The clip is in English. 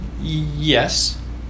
Yes